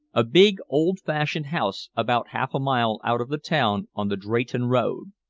a big old-fashioned house about half-a-mile out of the town on the drayton road.